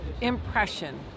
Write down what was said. impression